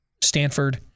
Stanford